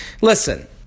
Listen